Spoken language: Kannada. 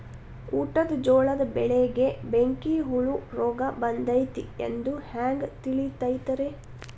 ಊಟದ ಜೋಳದ ಬೆಳೆಗೆ ಬೆಂಕಿ ಹುಳ ರೋಗ ಬಂದೈತಿ ಎಂದು ಹ್ಯಾಂಗ ತಿಳಿತೈತರೇ?